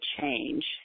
change